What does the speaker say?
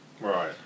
Right